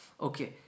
Okay